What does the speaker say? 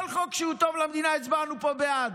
כל חוק שהוא טוב למדינה, הצבענו פה בעד.